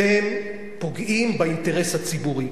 אתם פוגעים באינטרס הציבורי.